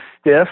stiff